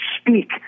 speak